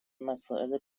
مسائل